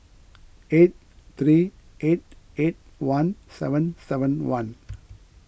eight three eight eight one seven seven one